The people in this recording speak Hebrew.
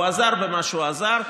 הוא עזר במה שהוא עזר,